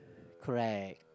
correct